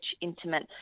intimate